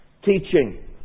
teaching